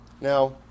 Now